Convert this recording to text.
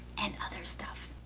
and other stuff.